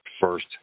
first